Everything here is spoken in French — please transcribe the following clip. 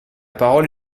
parole